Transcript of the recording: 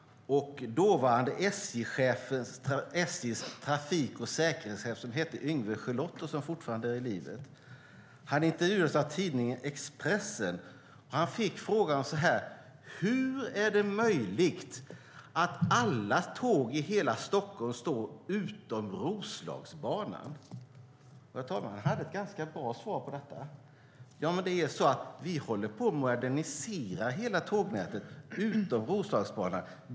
SJ:s dåvarande trafik och säkerhetschef, som hette Yngve Gelotte och som fortfarande är i livet, intervjuades av tidningen Expressen. Han fick frågan: Hur är det möjligt att alla tåg i hela Stockholm står stilla utom Roslagsbanan? Han hade ett ganska bra svar på detta: Vi håller på att modernisera hela tågnätet utom Roslagsbanan.